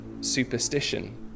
superstition